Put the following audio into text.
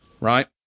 right